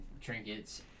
trinkets